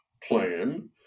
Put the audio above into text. plan